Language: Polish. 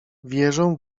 wierzę